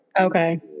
Okay